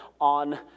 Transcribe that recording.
on